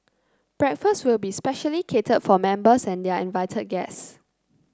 breakfast will be specially catered for members and their invited guests